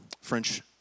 French